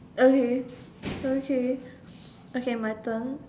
okay okay okay my turn